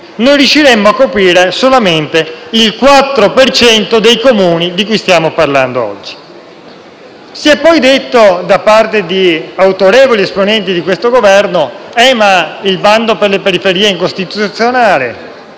riusciremmo a coprire solamente il 4 per cento dei Comuni di cui stiamo parlando oggi. Si è poi detto da parte di autorevoli esponenti del Governo che il bando per le periferie è incostituzionale: